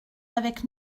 avec